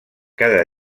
cada